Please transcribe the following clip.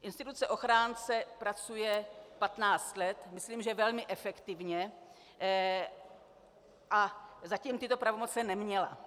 Instituce ochránce pracuje patnáct let, myslím že velmi efektivně, a zatím tyto pravomoci neměla.